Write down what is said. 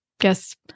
guess